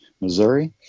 Missouri